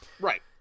Right